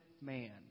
man